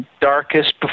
darkest